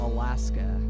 Alaska